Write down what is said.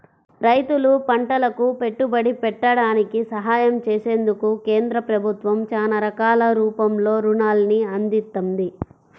రైతులు పంటలకు పెట్టుబడి పెట్టడానికి సహాయం చేసేందుకు కేంద్ర ప్రభుత్వం చానా రకాల రూపంలో రుణాల్ని అందిత్తంది